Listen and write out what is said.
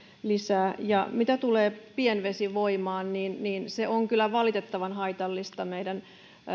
lisää ja mitä tulee pienvesivoimaan niin niin se on kyllä valitettavan haitallista meidän